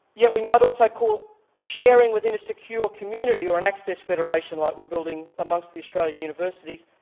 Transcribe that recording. yet we might also call sharing within a secure community or an access federation like we're building amongst the australian universities,